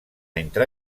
entre